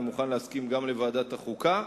אני מוכן להסכים גם לוועדת החוקה.